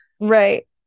Right